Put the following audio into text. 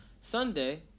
Sunday